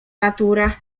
natura